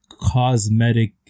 cosmetic